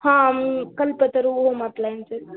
हां Kalpataru home appliances